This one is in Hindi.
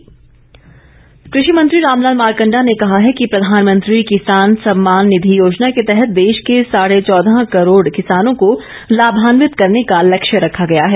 मारकंडा कृषि मंत्री रामलाल मारकंडा ने कहा है कि प्रधानमंत्री किसान सम्मान निधि योजना के तहत देश के साढे चौदह करोड किसानों को लाभान्वित करने का लक्ष्य रखा गया है